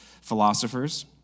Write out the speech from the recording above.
philosophers